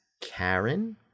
karen